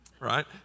right